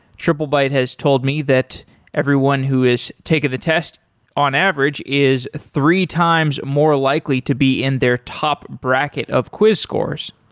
triplebyte has told me that everyone who has taken the test on average is three times more likely to be in their top bracket of quiz course.